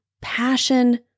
passion